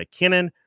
McKinnon